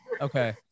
Okay